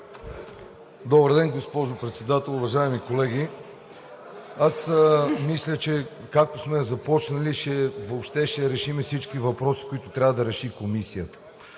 Добър ден, госпожо Председател, уважаеми колеги! Мисля, че както сме започнали, въобще ще решим всичките въпроси, които трябва да реши комисията.